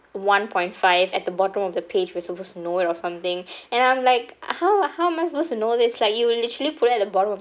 one point five at the bottom of the page we're supposed to know it or something and I'm like how how am I supposed to know this like you literally put it at the bottom